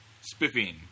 Spiffing